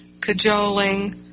cajoling